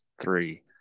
three